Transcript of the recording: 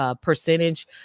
percentage